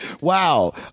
Wow